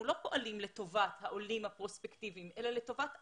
לא פועלים לטובת העולים הפרוספקטיביים אלא לטובת עצמנו.